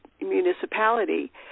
municipality